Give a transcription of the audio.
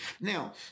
Now